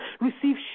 receive